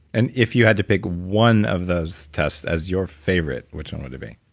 and if you had to pick one of those tests as your favorite, which one would it be?